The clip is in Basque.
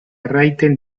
erraiten